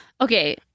Okay